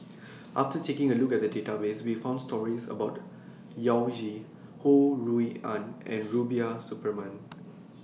after taking A Look At The Database We found stories about Yao Zi Ho Rui An and Rubiah Suparman